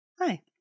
Hi